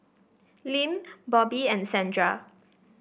Lim Bobbye and Sandra